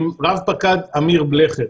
רב פקד אמיר בלכר,